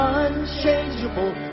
unchangeable